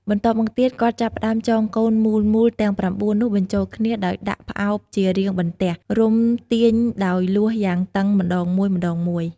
បន្ទាប់មកទៀតគាត់ចាប់ផ្តើមចងកូនមូលៗទាំង៩នោះបញ្ជូលគ្នាដោយដាក់ផ្អោបជារាងបន្ទះ រុំទាញដោយលួសយ៉ាងតឹងម្តងមួយៗ។